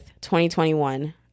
2021